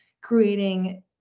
creating